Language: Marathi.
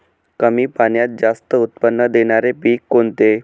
कमी पाण्यात जास्त उत्त्पन्न देणारे पीक कोणते?